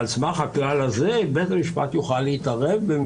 באופן עקרוני אם אני צריך להתייחס לדברים שלי בצורה